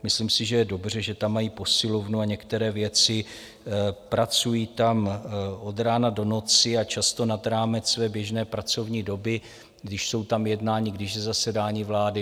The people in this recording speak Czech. Myslím si, že je dobře, že tam mají posilovnu a některé věci, pracují tam od rána do noci a často nad rámec své běžné pracovní doby, když jsou tam jednání, když je zasedání vlády.